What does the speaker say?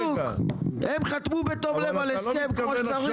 בדיוק, הם חתמו בתום לב על הסכם כמו שצריך.